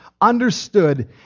understood